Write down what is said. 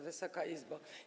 Wysoka Izbo!